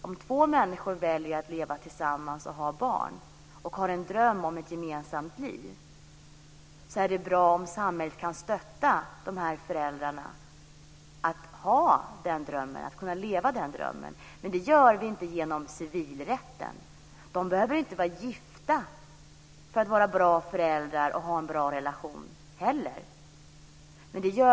Om två människor väljer att leva tillsammans och skaffa barn, och om de har en dröm om ett gemensamt liv, är det naturligtvis bra om samhället kan stötta dessa människor. Men det gör vi inte genom civilrätten. De behöver inte vara gifta för att vara bra föräldrar och ha en bra relation.